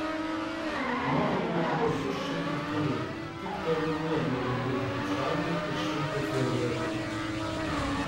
nuovadoje buvo tuščia ir tylu tik tolumoje buvo girdėti kaip šaudo ir švilpia fejerverkai